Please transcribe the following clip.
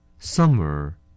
Summer